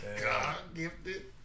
God-gifted